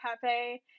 Cafe